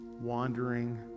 wandering